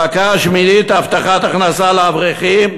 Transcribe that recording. המכה השמינית, הבטחת הכנסה לאברכים,